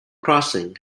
crossing